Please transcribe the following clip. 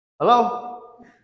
Hello